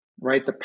right